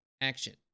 action